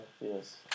Yes